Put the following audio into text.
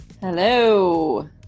Hello